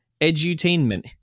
edutainment